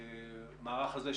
המערך הזה,